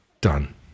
Done